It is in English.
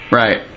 right